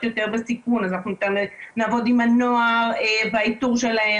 אנחנו מאוד עוסקים בנושא של פיתוח